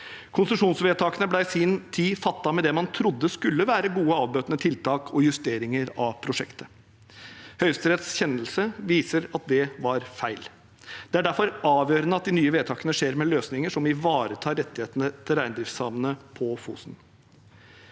Konsesjonsvedtakene ble i sin tid fattet med det man trodde skulle være gode avbøtende tiltak og justeringer av prosjektet. Høyesteretts kjennelse viser at det var feil. Det er derfor avgjørende at de nye vedtakene skjer med løsninger som ivaretar rettighetene til reindriftssamene på Fosen.